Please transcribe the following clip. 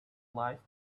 life